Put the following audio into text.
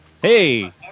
Hey